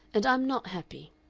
and i'm not happy.